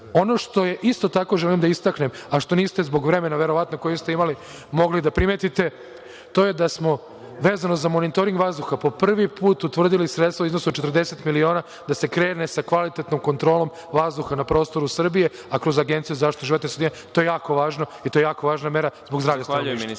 što isto tako želim da istaknem, a što niste zbog vremena verovatno koje ste imali mogli da primetite, to je da smo vezano za monitoring vazduha po prvi put utvrdili sredstva u iznosu od 40 miliona, da se krene sa kvalitetnom kontrolom vazduha na prostoru Srbije, a kroz Agenciju za zaštitu životne sredine. To je jako važno i to je jako važna mera zbog zdravlja stanovništva.